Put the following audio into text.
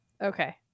Okay